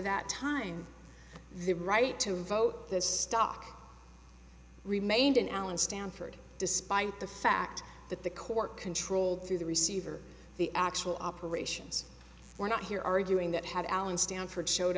that time the right to vote the stock remained in allen stanford despite the fact that the court controlled through the receiver the actual operations were not here arguing that had allen stanford showed